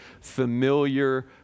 familiar